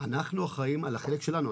אנחנו אחראים על החלק שלנו.